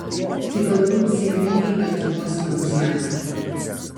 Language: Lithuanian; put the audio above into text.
tai galbūt civiliniai artimų asmenų santykiai